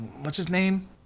What's-his-name